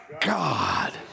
God